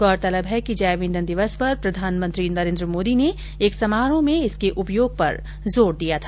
गौरतलब है कि जैव ईंधन दिवस पर प्रधानमंत्री ने एक समारोह में इसके उपयोग पर जोर दिया था